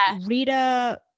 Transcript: Rita